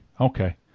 okay